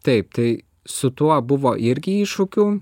taip tai su tuo buvo irgi iššūkių